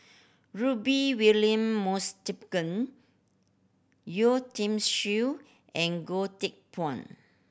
Rudy William Yeo Tiam Siew and Goh Teck Phuan